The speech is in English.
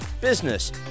business